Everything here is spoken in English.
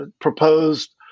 proposed